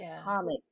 comics